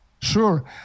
Sure